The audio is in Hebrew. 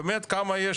באמת, כמה יש?